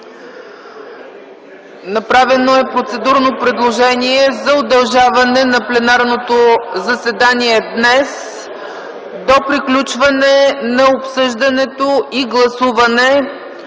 Направено е процедурно предложение за удължаване на пленарното заседание днес до приключване на обсъждането и гласуването